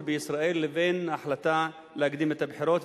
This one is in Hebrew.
בישראל לבין ההחלטה להקדים את הבחירות,